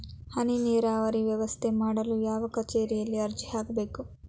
ಹನಿ ನೇರಾವರಿ ವ್ಯವಸ್ಥೆ ಮಾಡಲು ಯಾವ ಕಚೇರಿಯಲ್ಲಿ ಅರ್ಜಿ ಹಾಕಬೇಕು?